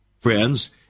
friends